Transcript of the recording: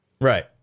Right